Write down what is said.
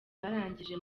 barangije